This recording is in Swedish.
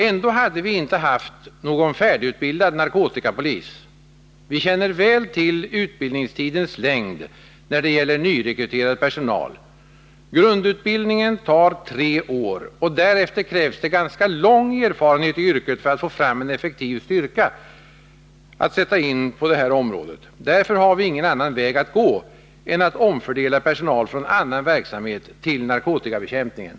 Ändå hade vi inte haft någon färdigutbildad narkotikapolis. Vi känner väl till utbildningstidens längd när det gäller nyrekryterad personal. Grundutbildningen tar tre år, och därefter krävs det ganska lång erfarenhet i yrket för att vederbörande skall kunna ingå i en effektiv styrka, som kan sättas in på det här området. Därför har vi ingen annan väg att gå än att omfördela personal från annan verksamhet till narkotikabekämpningen.